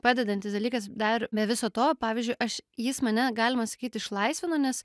padedantis dalykas dar be viso to pavyzdžiui aš jis mane galima sakyti išlaisvino nes